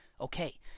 Okay